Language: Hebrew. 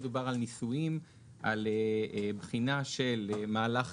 מדובר על ניסויים ועל בחינה של מהלך